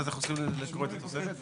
אז אנחנו צריכים לקרוא את התוספת.